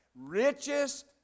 richest